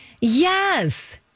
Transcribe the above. Yes